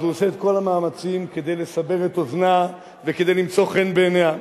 אז הוא עושה את כל המאמצים כדי לסבר את אוזנה וכדי למצוא חן בעיניה.